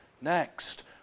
Next